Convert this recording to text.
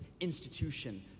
institution